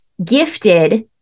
Gifted